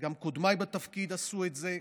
גם קודמיי בתפקיד עשו את זה.